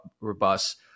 robust